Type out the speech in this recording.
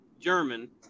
German